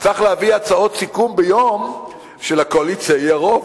אני מבין שצריך להביא הצעות סיכום ביום שלקואליציה יהיה רוב,